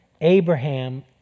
Abraham